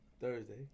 Thursday